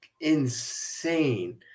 Insane